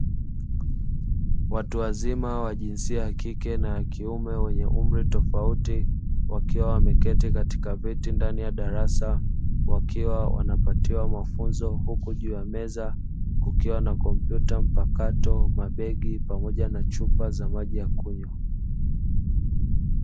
Watu wazima wa jinsia ya kike na kiume wenye umri tofauti. Wakiwa wameketi katika viti ndani ya darasa. Wakiwa wanapatiwa mafunzo huku juu ya meza kukiwa na kompyuta mpakato, mabegi pamoja na chupa za maji ya kunywa.